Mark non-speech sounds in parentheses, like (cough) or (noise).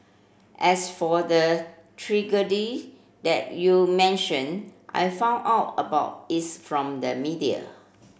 as for the (unintelligible) that you mentioned I found out about it's from the media